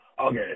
Okay